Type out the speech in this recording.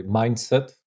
mindset